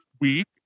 week